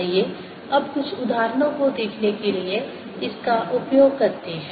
आइए अब कुछ उदाहरणों को देखने के लिए इसका उपयोग करते हैं